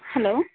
hello